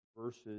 verses